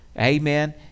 Amen